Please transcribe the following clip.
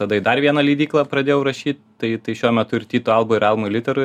tada į dar vieną leidyklą pradėjau rašyt tai tai šiuo metu ir tyto alboj ir alma literoj